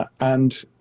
and